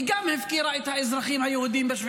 היא גם הפקירה את האזרחים היהודים ב-7